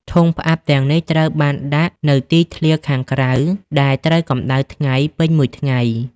ធុងផ្អាប់ ទាំងនេះត្រូវបានដាក់នៅទីធ្លាខាងក្រៅដែលត្រូវកម្ដៅថ្ងៃពេញមួយថ្ងៃ។